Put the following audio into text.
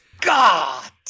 god